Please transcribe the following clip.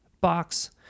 box